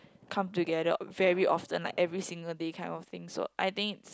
come together very often like every single day kind of thing so I think it's